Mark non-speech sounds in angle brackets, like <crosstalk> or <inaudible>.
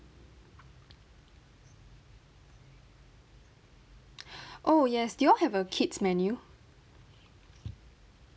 <breath> oh yes do y'all have a kid's menu